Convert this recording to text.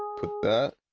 put that.